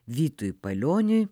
vytui palioniui